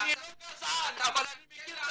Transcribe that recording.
אני לא גזען אבל אני מכיר את